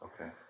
Okay